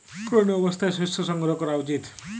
কোন অবস্থায় শস্য সংগ্রহ করা উচিৎ?